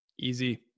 Easy